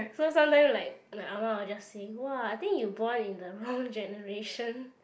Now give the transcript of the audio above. so sometimes like my ah ma will just say !wah! I think you born in the wrong generation